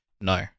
no